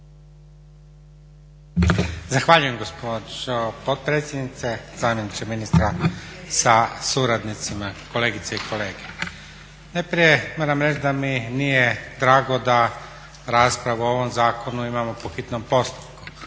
Zahvaljujem gospođo potpredsjednice, zamjeniče ministra sa suradnicima, kolegice i kolege. Najprije moram reći da mi nije drago da raspravu o ovom zakonu imamo po hitnom postupku.